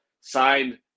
signed